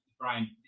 Brian